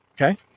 Okay